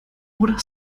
oder